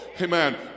Amen